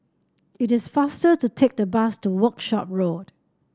it is faster to take the bus to Workshop Road